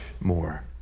more